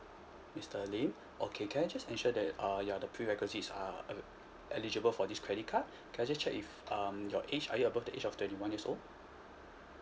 mister lim okay can I just make sure that uh ya the prerequisites are uh eligible for this credit card can I just check if um your age are you above the age of twenty one years old